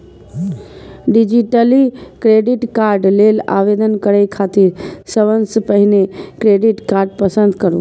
digitally credit card लेल आवेदन करै खातिर सबसं पहिने क्रेडिट कार्ड पसंद करू